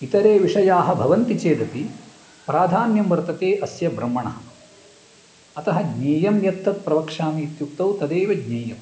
इतरे विषयाः भवन्ति चेदपि प्राधान्यं वर्तते अस्य ब्रह्मणः अतः ज्ञेयं यत्तत् प्रवक्ष्यामि इत्युक्तौ तदेव ज्ञेयं